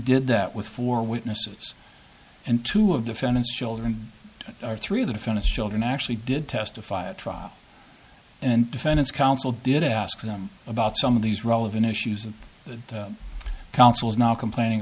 did that with four witnesses and two of defendant's children or three of the finest children actually did testify at trial and defense counsel did ask them about some of these relevant issues and the counsel is now complaining